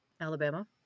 Alabama